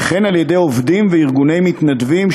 וכן על-ידי עובדים וארגוני מתנדבים,